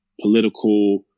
Political